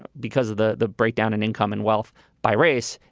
but because of the the breakdown in income and wealth by race,